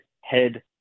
head